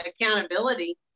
accountability